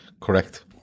Correct